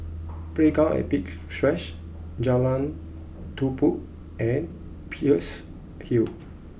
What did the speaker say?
playground at Big Splash Jalan Tumpu and Peirce Hill